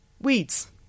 weeds